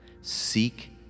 seek